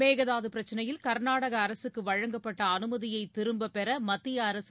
மேகதாது பிரச்னையில் கர்நாடக அரசுக்கு வழங்கப்பட்ட அனுமதியை திரும்பப்பெற மத்திய அரசு